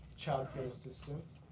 child care assistance,